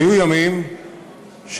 היו ימים שבהם,